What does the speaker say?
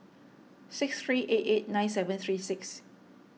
six three eight eight nine seven three six